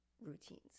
routines